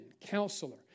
counselor